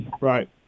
Right